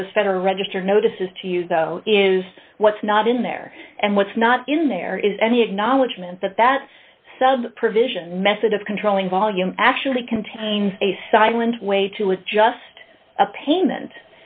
of those federal register notices to use is what's not in there and what's not in there is any acknowledgement that that sub provision method of controlling volume actually contains a silent way to is just a payment